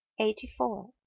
eighty-four